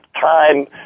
time